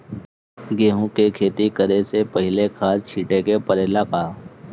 गेहू के खेती करे से पहिले खाद छिटे के परेला का?